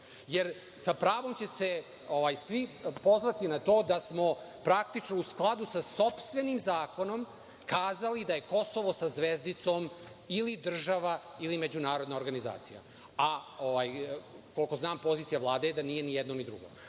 jer sa pravom će se svi pozvati na to da smo praktično u skladu sa sopstvenim zakonom kazali da je Kosovo sa zvezdicom ili međunarodna organizacija, a koliko znam, pozicija Vlade je da nije ni jedno, ni drugo.